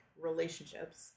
relationships